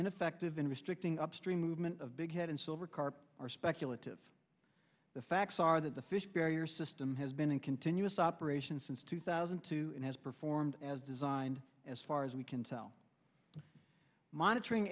ineffective in restricting upstream movement of bighead and silver carp are speculative the facts are that the fish barrier system has been in continuous operation since two thousand and two and has performed as designed as far as we can tell monitoring